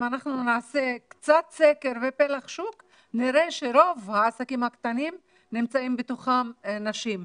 אם נעשה קצת סקר בפלח השוק נראה שרוב העסקים הקטנים נמצאים בתוכם נשים.